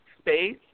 Space